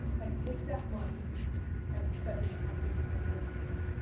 and take that money and spend it on facebook and instagram.